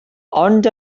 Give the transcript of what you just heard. ond